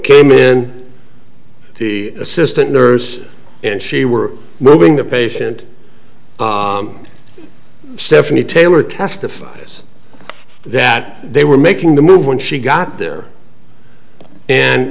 came in the assistant nurse and she were moving the patient stephanie taylor testifies that they were making the move when she got there and